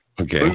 Okay